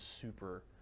super